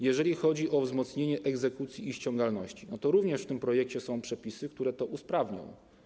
Jeżeli chodzi o wzmocnienie egzekucji i ściągalności, to również w tym projekcie są przepisy, które to usprawnią.